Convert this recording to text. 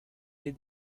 the